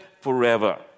Forever